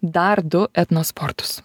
dar du etno sportus